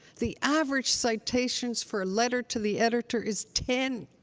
the average citations for a letter to the editor is ten.